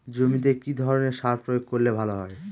জমিতে কি ধরনের সার প্রয়োগ করলে ভালো হয়?